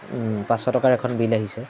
পাঁচশ টকাৰ এখন বিল আহিছে